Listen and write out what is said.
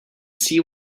see